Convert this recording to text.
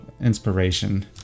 inspiration